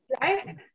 right